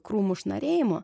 krūmų šnarėjimo